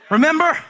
Remember